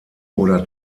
oder